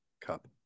cup